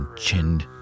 chinned